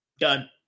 done